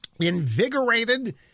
invigorated